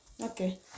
Okay